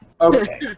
Okay